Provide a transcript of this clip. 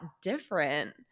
different